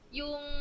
yung